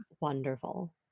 wonderful